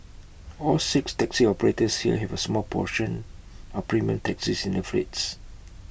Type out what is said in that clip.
all six taxi operators here have A small proportion of premium taxis in their fleets